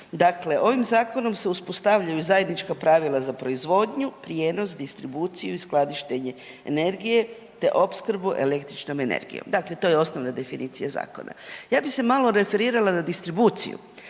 ovim zakonom se uspostavljaju zajednička pravila za proizvodnju, prijenos, distribuciju i skladištenje energije te opskrbu električnom energijom. Dakle, to je osnovna definicija zakona. Ja bi se malo referirala na distribuciju.